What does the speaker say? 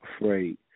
afraid